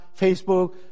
Facebook